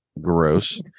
Gross